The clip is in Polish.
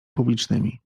publicznymi